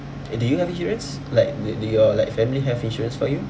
do you have insurance like do do your like family have insurance for you